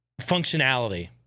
functionality